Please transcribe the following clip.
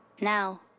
now